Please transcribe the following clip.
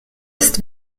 ist